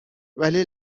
ولی